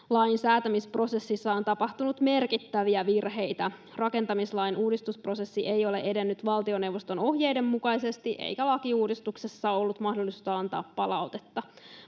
”Lain säätämisprosessissa on tapahtunut merkittäviä virheitä. Rakentamislain uudistusprosessi ei ole edennyt valtioneuvoston ohjeiden mukaisesti, eikä lakiuudistuksesta ollut mahdollisuutta antaa palautetta.